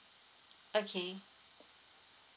okay